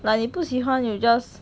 like you 不喜欢 you just